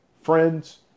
Friends